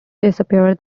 disappear